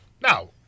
Now